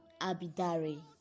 Abidare